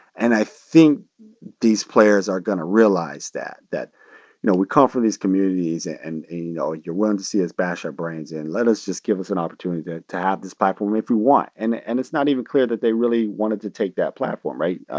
and i think these players are going to realize that, that, you know, we come from these communities. and, you know, you're willing to see us bash our brains in. let us just give us an opportunity to to have this platform if we want. and and it's not even clear that they really wanted to take that platform, right?